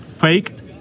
faked